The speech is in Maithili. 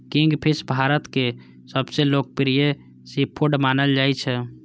किंगफिश भारतक सबसं लोकप्रिय सीफूड मानल जाइ छै